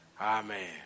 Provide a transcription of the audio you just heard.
Amen